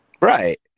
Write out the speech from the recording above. Right